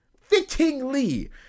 fittingly